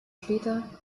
später